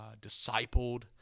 discipled